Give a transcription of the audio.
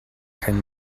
kein